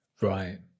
Right